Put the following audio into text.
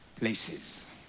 places